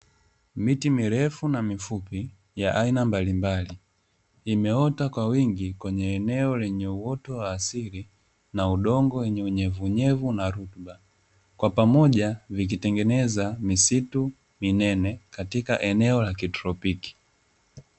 Miti mirefu na mifupi ya aina mbalimbali, imeota kwa wingi kwenye eneo lenye uoto wa asili, na udongo wenye unyevunyevu na rutuba, kwa pamoja vikitengeneza, misitu minene katika eneo la kitropiki.